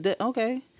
Okay